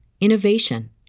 innovation